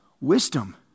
wisdom